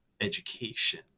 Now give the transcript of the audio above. education